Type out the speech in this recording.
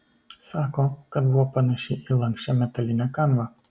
sako kad buvo panaši į lanksčią metalinę kanvą